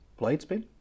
Bladespin